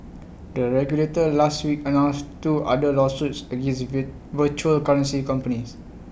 the regulator last week announced two other lawsuits against virtual currency companies